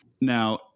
now